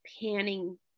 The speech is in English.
panning